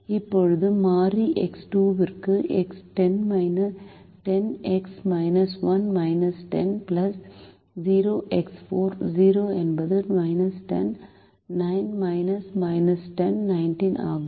இப்போது மாறி X2 க்கு 10x 10 0 என்பது 10 9 19 ஆகும்